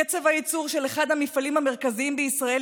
קצב הייצור של אחד המפעלים המרכזיים בישראל,